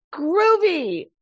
groovy